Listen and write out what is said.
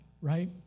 Right